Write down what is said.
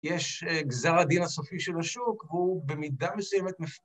יש גזר הדין הסופי של השוק והוא במידה מסוימת מפתיע